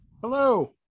Hello